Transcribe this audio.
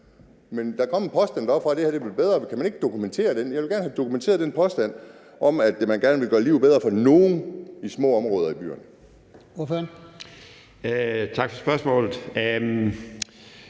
Men der kom en påstand deroppefra om, at det her ville blive bedre. Kan man ikke dokumentere den? Jeg vil gerne have dokumenteret den påstand om, at man gerne vil gøre livet bedre for nogle i små områder i byerne.